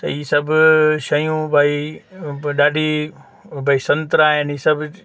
त ही सभु शयूं भई ॾाढी भई संतरा आहिनि ही सभु